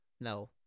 No